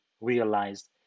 realized